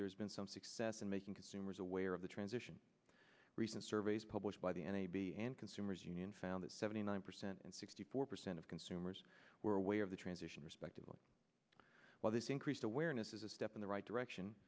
there's been some success in making consumers aware of the transition recent surveys published by the n a b and consumers union found that seventy nine percent and sixty four percent of consumers were aware of the transition respectively while this increased awareness is a step in the right direction